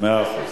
מאה אחוז.